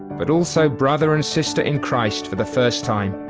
but also brother and sister in christ for the first time.